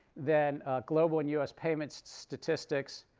then global and us payments statistics.